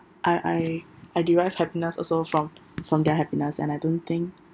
I I I derive happiness also from from their happiness and I don't think